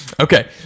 Okay